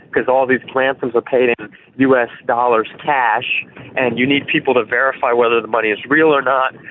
because all these ransoms are paid in us dollars cash and you need people to verify whether the money is real or not.